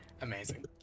Amazing